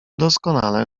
doskonale